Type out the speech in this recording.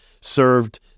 served